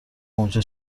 اونجا